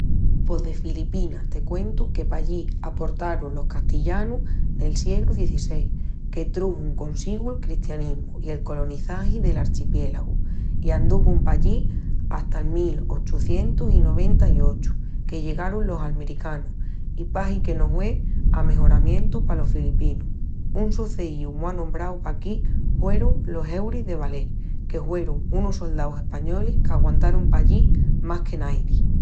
Pos de Filipinas te cuentu que pallí aportarun los castillanus nel siegru XVI, que truxun consigu'l cristianismu i el colonizagi del archipiélagu. I anduvun pallí hata'l mil ochucientus i noventa-i-ochu, que llegarun los almericanus i pahi que no hue amejoramientu palos filipinus. Un suceíu mu anombrau paquí huerun los euris de Baler, que huerun unus soldaus españolis qu'aguantarun pallí más que naidi.